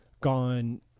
gone